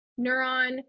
neuron